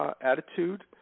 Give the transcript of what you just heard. attitude